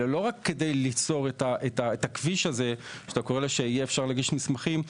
ולא רק כדי ליצור את הכביש הזה שאפשר יהיה להגיש מסמכים,